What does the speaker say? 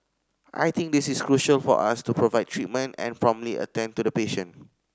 I think this is crucial for us to provide treatment and promptly attend to the patient